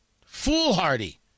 Foolhardy